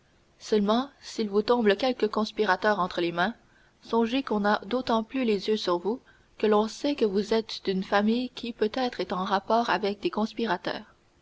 seulement s'il vous tombe quelque conspirateur entre les mains songez qu'on a d'autant plus les yeux sur vous que l'on sait que vous êtes d'une famille qui peut-être est en rapport avec ces conspirateurs